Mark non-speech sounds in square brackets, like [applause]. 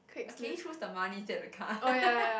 uh can you choose the money instead of the car [laughs]